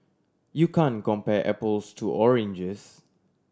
you can compare apples to oranges